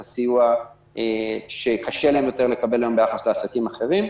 הסיוע שקשה להם יותר לקבל היום ביחס לעסקים אחרים.